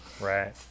Right